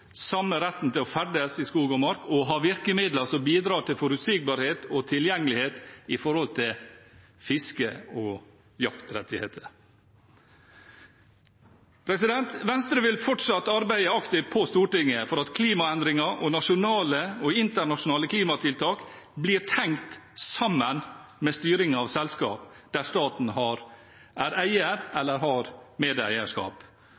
samme retten til å ferdes i skog og mark og ha virkemidler som bidrar til forutsigbarhet og tilgjengelighet når det gjelder fiske- og jaktrettigheter. Venstre vil fortsatt arbeide aktivt på Stortinget for at klimaendringer og nasjonale og internasjonale klimatiltak blir tenkt på samtidig med styringen av selskap der staten er eier eller har medeierskap.